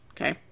Okay